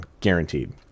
Guaranteed